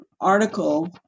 article